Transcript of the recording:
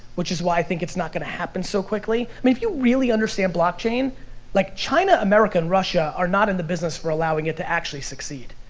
which is why i think it's not gonna happen so quickly. i mean if you really understand blockchain, like, china, america and russia are not in the business for allowing it to actually succeed.